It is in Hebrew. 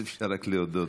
אז אפשר רק להודות,